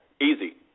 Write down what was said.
Easy